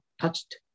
touched